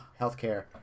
healthcare